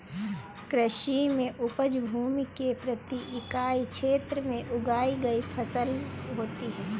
कृषि में उपज भूमि के प्रति इकाई क्षेत्र में उगाई गई फसल होती है